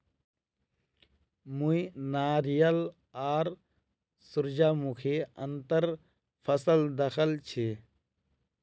मुई नारियल आर सूरजमुखीर अंतर फसल दखल छी